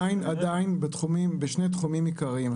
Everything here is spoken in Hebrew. עדיין בשני תחומים עיקריים,